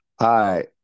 Hi